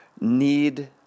need